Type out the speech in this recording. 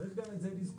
צריך גם את זה לזכור.